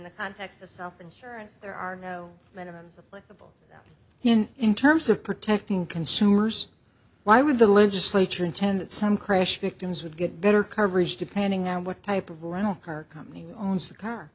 the context of self insurance there are no minimum supply in terms of protecting consumers why would the legislature intend that some crash victims would get better coverage depending on what type of rental car company owns the car